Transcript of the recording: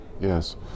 yes